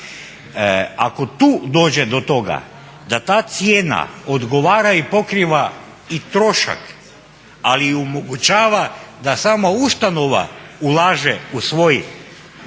Ako tu dođe do toga da ta cijena odgovara i pokriva i trošak, ali i omogućava da sama ustanova ulaže u svoj